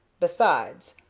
besides,